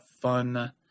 fun